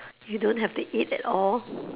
you don't have to eat at all